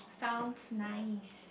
sound nice